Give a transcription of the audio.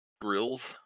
grills